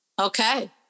Okay